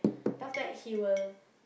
then after that he will